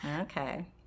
Okay